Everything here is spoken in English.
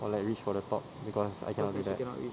or like reach for the top because I cannot do that